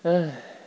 !hais!